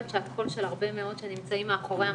שאת קול של הרבה מאוד שנמצאים מאחורי המסכים.